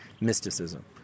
mysticism